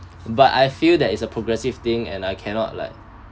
but I feel that it's a progressive thing and I cannot like